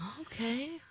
Okay